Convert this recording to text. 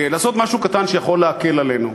לעשות משהו קטן שיכול להקל עלינו,